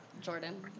Jordan